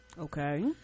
okay